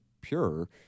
pure